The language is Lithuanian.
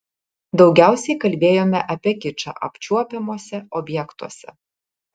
daugiausiai kalbėjome apie kičą apčiuopiamuose objektuose